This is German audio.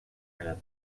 einer